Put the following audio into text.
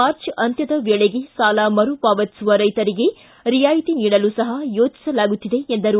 March ಅಂತ್ಯದ ವೇಳೆಗೆ ಸಾಲ ಮರುಪಾವತಿಸುವ ರೈತರಿಗೆ ರಿಯಾಯಿತಿ ನೀಡಲು ಸಹ ಯೋಜಿಸಲಾಗುತ್ತಿದೆ ಎಂದರು